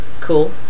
cool